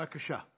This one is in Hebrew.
בבקשה.